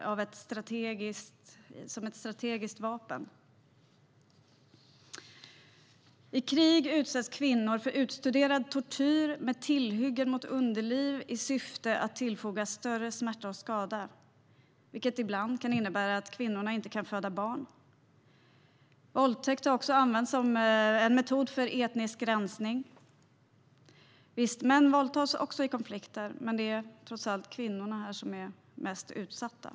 I krig utsätts kvinnor för utstuderad tortyr med tillhyggen mot underlivet i syfte att tillföra större smärta och skada, vilket ibland kan innebära att kvinnorna inte kan föda barn. Våldtäkt har också använts som en metod för etnisk rensning. Visst, män våldtas också i konflikter, men det är trots allt kvinnorna som är mest utsatta.